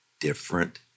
different